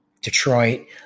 Detroit